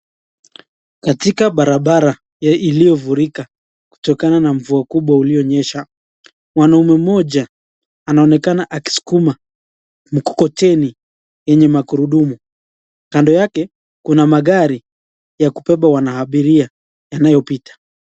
Katika barabara iliyofurika kutokana na mvua kumbwa iliyonyesha mwanaume moja anaonekana akisukuma mikomoteni yenye magurudumu, kando yake kuna magari wa kupepa wanaabiria iliyopita.